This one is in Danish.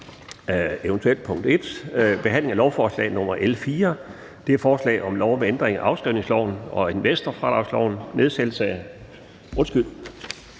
Eventuelt: 1. behandling af lovforslag nr. L 4: Forslag til lov om ændring af afskrivningsloven og investorfradragsloven. (Nedsættelse af